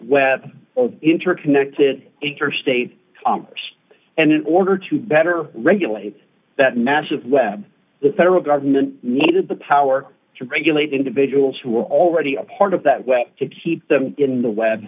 web interconnected interstate commerce and in order to better regulate that massive web the federal government needed the power to regulate individuals who were already a part of that way to keep them in the web